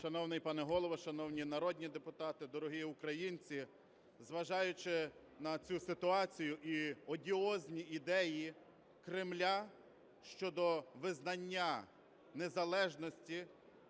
Шановний пане Голово, шановні народні депутати, дорогі українці! Зважаючи на цю ситуацію і одіозні ідеї Кремля щодо визнання незалежності